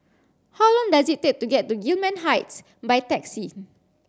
how long does it take to get to Gillman Heights by taxi